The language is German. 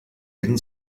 jeden